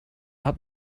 hat